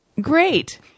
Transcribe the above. great